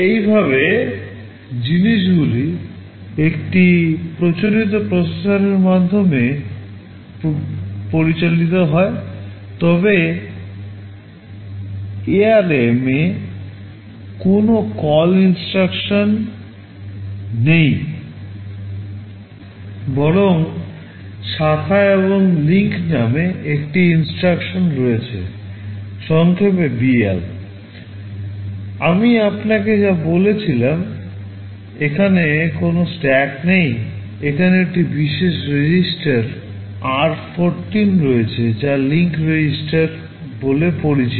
এইভাবে জিনিসগুলি একটি প্রচলিত প্রসেসরের মাধ্যমে পরিচালিত হয় তবে এআরএম এ কোনও কল INSTRUCTION নেই বরং শাখা এবং লিঙ্ক নামে একটি INSTRUCTION রয়েছে সংক্ষেপে বিএল